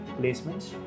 placements